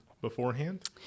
beforehand